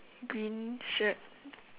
green shirt